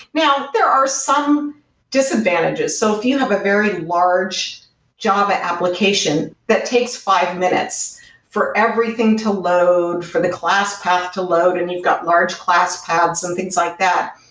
now, there are some disadvantages. so if you have a very large java application that takes five minutes for everything to load, for the class path to load, and you've got large class paths and things like that.